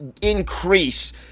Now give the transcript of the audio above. increase